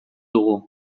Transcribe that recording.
dugu